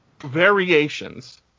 variations